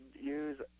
Use